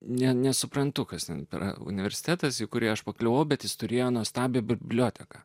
ne nesuprantu kas antra universitetas į kurį aš pakliuvau bet jis turėjo nuostabią biblioteką